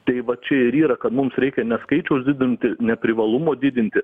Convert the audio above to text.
tai vat čia ir yra kad mums reikia ne skaičiaus didinti ne privalumo didinti